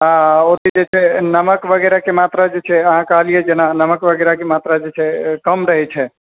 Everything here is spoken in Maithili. हँ ओ जे छै नमक वगैरहके मात्रा जे छै अहाँ कहलियै जेना नमक वगैरहके मात्रा जे छै कम रहै छै